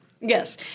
Yes